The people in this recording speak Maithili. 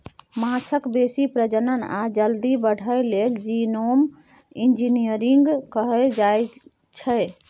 माछक बेसी प्रजनन आ जल्दी बढ़य लेल जीनोम इंजिनियरिंग कएल जाएत छै